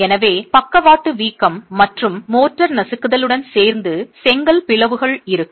எனவே பக்கவாட்டு வீக்கம் மற்றும் மோர்டார் நசுக்குதல் உடன் சேர்ந்து செங்கல் பிளவுகள் இருக்கும்